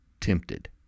tempted